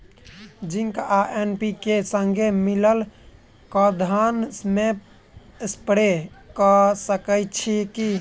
Zinc आ NPK, संगे मिलल कऽ धान मे स्प्रे कऽ सकैत छी की?